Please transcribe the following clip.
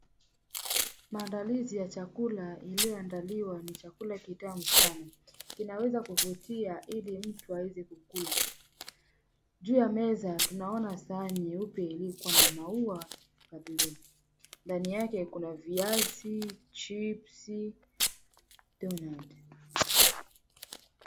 Maandalizi ya chakula iliyoandaliwa ni chakula kitamu sana. Kinaweza kuvutia ili mtu aweze kukula. Juu ya meza tunaona saha nyeupe iliyokua na maua ya buluu. Ndani yake kuna viazi, chipsi, donat.